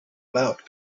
about